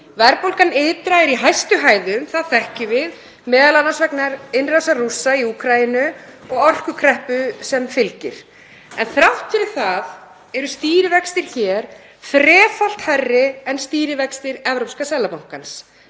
Verðbólgan ytra er í hæstu hæðum, það þekkjum við, m.a. vegna innrásar Rússa í Úkraínu og orkukreppu sem fylgir. En þrátt fyrir það eru stýrivextir hér þrefalt hærri en stýrivextir Evrópska seðlabankans,